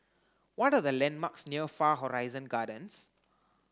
what the landmarks near Far Horizon Gardens